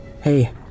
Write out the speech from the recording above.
Hey